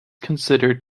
considered